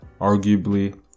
Arguably